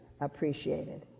appreciated